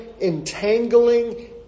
entangling